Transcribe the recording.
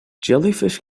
jellyfish